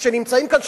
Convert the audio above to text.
שנמצאים כאן,